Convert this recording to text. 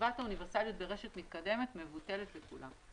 חובת האוניברסליות ברשת מתקדמת מבוטלת לכולם.